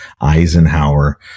Eisenhower